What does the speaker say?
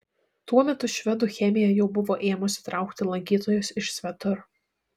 tuo metu švedų chemija jau buvo ėmusi traukti lankytojus iš svetur